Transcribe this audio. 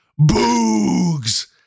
Boogs